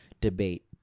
debate